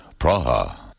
Praha